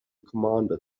commander